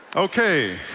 Okay